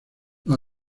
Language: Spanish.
los